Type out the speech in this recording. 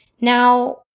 Now